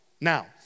Now